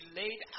laid